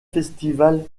festival